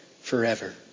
forever